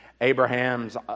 Abraham's